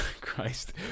christ